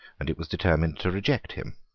and it was determined to reject him.